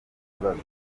bibazo